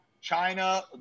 China